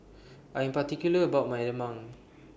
I Am particular about My Lemang